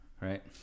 right